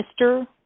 Mr